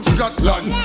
Scotland